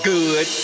Good